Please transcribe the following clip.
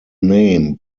name